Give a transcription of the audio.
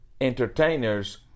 entertainers